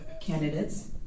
Candidates